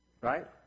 right